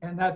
and that